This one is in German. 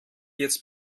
jetzt